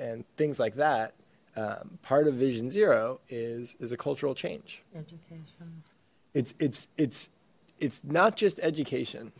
and things like that part of vision zero is is a cultural change education it's it's it's it's not just education